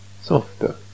softer